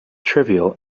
trivial